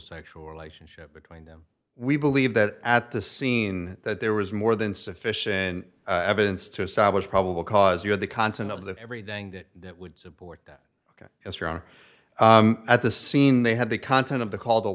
sexual relationship between them we believe that at the scene that there was more than sufficient evidence to establish probable cause you have the content of that every day that would support that ok as your own at the scene they had the content of the call the